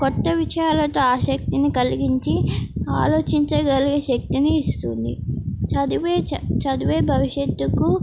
కొత్త విషయాలతో ఆ శక్తిని కలిగించి ఆలోచించగలిగే శక్తిని ఇస్తుంది చదివే చ చదివే భవిష్యత్తుకు